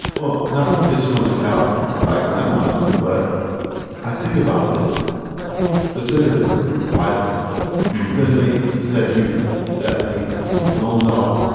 well, not to sit you on the couch and psychoanalyze you, but i think about this specific dilemma quite a bit because, you know, you you said you you that paid your student loans off.